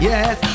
Yes